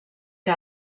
que